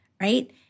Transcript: right